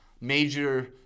major